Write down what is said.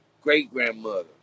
great-grandmother